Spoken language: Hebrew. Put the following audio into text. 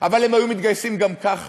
אבל הם היו מתגייסים גם ככה.